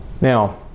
Now